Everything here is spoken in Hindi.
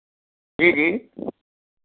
जी जी